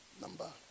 Number